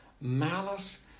malice